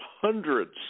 hundreds